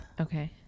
Okay